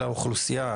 האוכלוסייה.